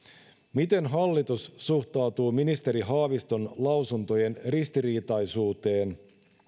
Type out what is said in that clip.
miten hallitus suhtautuu ministeri haaviston lausuntojen ristiriitaisuuteen